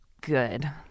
good